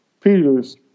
Peters